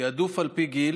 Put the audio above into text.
תעדוף על פי גיל